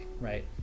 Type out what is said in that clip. right